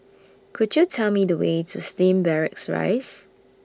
Could YOU Tell Me The Way to Slim Barracks Rise